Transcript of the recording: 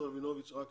רק רגע.